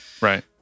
right